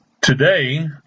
today